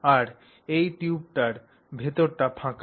আর এই টিউবটার ভেতরটা ফাঁকা